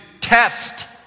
test